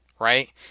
Right